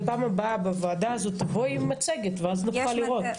בפעם הבאה תבואי לוועדה הזאת עם מצגת ואז נוכל לראות.